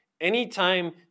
Anytime